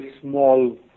small